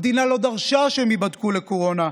המדינה לא דרשה שהם ייבדקו לקורונה.